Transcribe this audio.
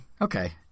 Okay